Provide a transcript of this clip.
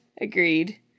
Agreed